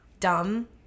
dumb